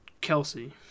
Kelsey